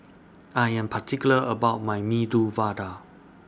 I Am particular about My Medu Vada